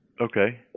Okay